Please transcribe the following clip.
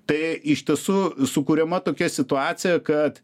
tai iš tiesų sukuriama tokia situacija kad